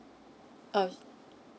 uh